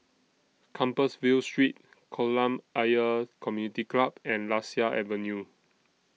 Compassvale Street Kolam Ayer Community Club and Lasia Avenue